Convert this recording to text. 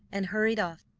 and hurried off,